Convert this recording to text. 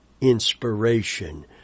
inspiration